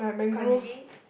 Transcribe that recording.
kranji